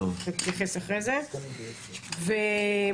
נתייחס אחרי זה ובעצם,